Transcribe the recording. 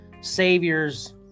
saviors